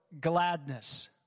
gladness